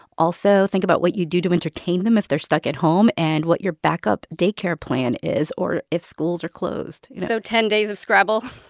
also, think about what you do to entertain them if they're stuck at home and what your backup day care plan is or if schools are closed, you know so ten days of scrabble?